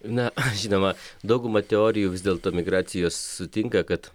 ne žinoma dauguma teorijų vis dėlto migracijos sutinka kad